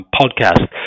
podcast